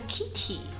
Kitty